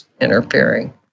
interfering